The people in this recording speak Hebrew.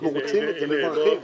אנחנו רוצים, מברכים.